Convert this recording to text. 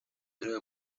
naraye